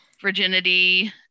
virginity